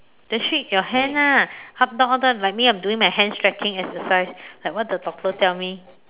just shake your hand ah up down up down like me I'm doing my hand stretching exercise like what the doctor tell me